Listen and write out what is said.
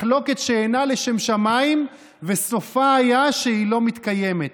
מחלוקת שאינה לשם שמיים וסופה היה שהיא לא מתקיימת,